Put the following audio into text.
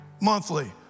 monthly